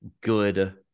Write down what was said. good